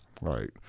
right